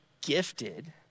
gifted